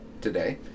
today